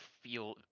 feel